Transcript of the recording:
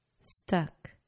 stuck